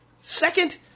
second